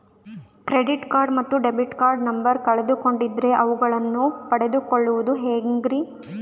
Credit card ಮತ್ತು debit card number ಕಳೆದುಕೊಂಡಿನ್ರಿ ಅವುಗಳನ್ನ ಪಡೆದು ಕೊಳ್ಳೋದು ಹೇಗ್ರಿ?